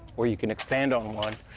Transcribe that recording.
or you can expand on one,